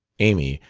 amy,